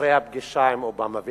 אחרי הפגישה עם אובמה.